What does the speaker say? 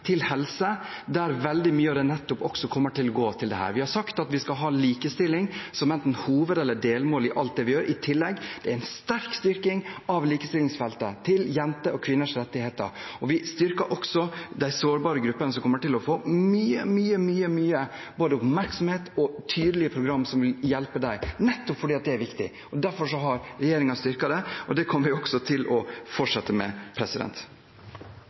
til helse, der veldig mye av det også kommer til å gå til dette. Vi har i tillegg sagt at vi skal ha likestilling som enten hoved- eller delmål i alt vi gjør. Det er en sterk styrking av likestillingsfeltet, av jenter og kvinners rettigheter. Vi styrker også de sårbare gruppene, som kommer til å få mye, mye mer både oppmerksomhet og tydelige program som vil hjelpe dem, nettopp fordi det er viktig. Derfor har regjeringen styrket det, og det kommer vi også til å fortsette med.